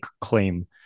claim